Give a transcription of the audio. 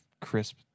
crisp